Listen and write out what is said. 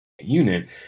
unit